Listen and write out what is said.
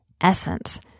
essence